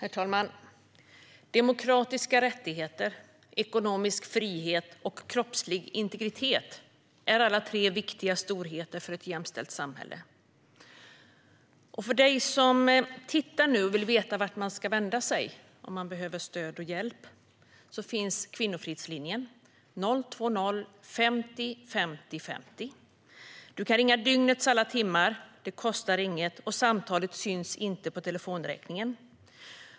Herr talman! Demokratiska rättigheter, ekonomisk frihet och kroppslig integritet är tre viktiga storheter för ett jämställt samhälle. För dig som tittar på den här debatten och vill veta vart man ska vända sig om man behöver stöd och hjälp finns Kvinnofridslinjen med telefonnummer 02050 50 50. Du kan ringa dygnets alla timmar, det kostar inget och samtalet syns inte på telefonräkningen.